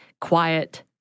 quiet